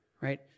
Right